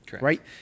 right